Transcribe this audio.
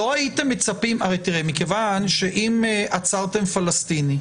מכיוון שאם עצרתם פלסטיני,